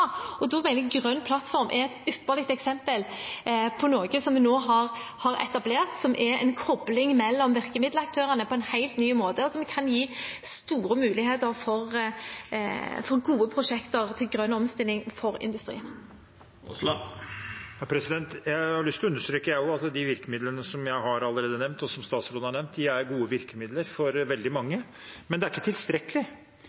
etablert, som er en kobling mellom virkemiddelaktørene på en helt ny måte, og som kan gi store muligheter for gode prosjekter til grønn omstilling for industrien. Jeg har også lyst til å understreke at de virkemidlene som jeg allerede har nevnt, og som statsråden har nevnt, er gode virkemidler for veldig